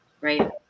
right